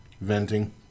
venting